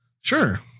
Sure